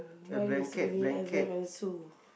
mine is only and Sue